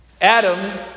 Adam